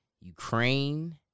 Ukraine